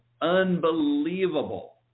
Unbelievable